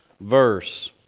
verse